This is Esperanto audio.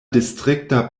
distrikto